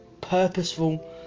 purposeful